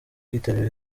kwitabira